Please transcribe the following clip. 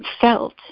felt